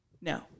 No